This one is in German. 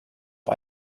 auf